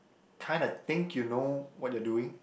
kind of think you know what you are doing